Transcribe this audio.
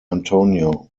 antonio